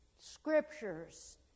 scriptures